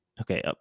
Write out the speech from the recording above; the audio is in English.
Okay